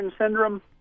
syndrome